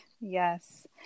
Yes